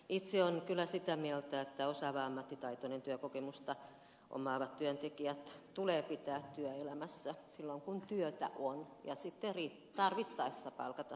itse olen kyllä sitä mieltä että osaavat ja ammattitaitoiset työkokemusta omaavat työntekijät tulee pitää työelämässä silloin kun työtä on ja sitten tarvittaessa palkata sijaisia